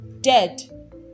dead